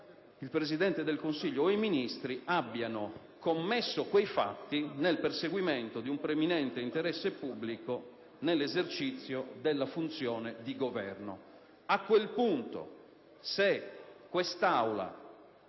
il Presidente del Consiglio o i Ministri abbiano commesso quei fatti nel perseguimento di un preminente interesse pubblico e nell'esercizio della funzione di governo. A quel punto, se quest'Aula